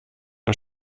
der